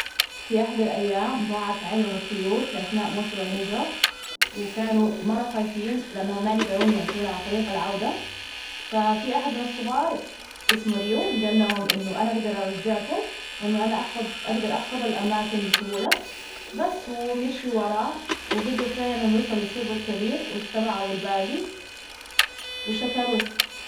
في أحد الأيام، ضاعت عيلة من الطيور في أثناء موسم الهجرة، وكانوا مرة خايفين لأنها ما يجدرون يعثرون على طريق العودة. ففي أحد من الصغار إسمه ريو، جال لهم إنه أنا أجدر أرجعكم، إنه أنا أحفظ، أقدر أحفظ الأماكن بسهولة بس ومشيو وراه وجدروا فعل ا إنهم يوصلوا للسرب الكبير، واجتمعوا بالباجي وشكروه.